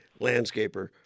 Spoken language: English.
landscaper